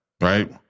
Right